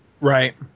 Right